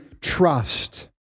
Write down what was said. trust